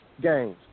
games